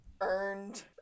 earned